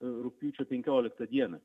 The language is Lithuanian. rugpjūčio penkioliktą dieną